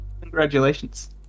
congratulations